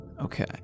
Okay